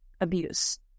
abuse